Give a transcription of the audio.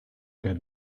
get